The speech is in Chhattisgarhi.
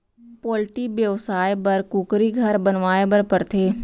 पोल्टी बेवसाय बर कुकुरी घर बनवाए बर परथे